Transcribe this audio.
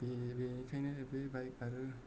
बेनिखायनो बे बाइक आरो